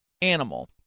animal